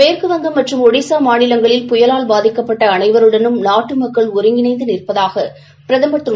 மேற்குவங்கம் மற்றும் ஒடிசா மாநிலங்களில் புயலால் பாதிக்கப்பட்ட அனைவருடனும் நாட்டு மக்கள் ஒருங்கிணைந்து நிற்பதாக பிரதமர் திரு